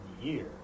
year